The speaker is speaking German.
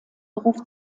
beruf